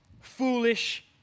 foolish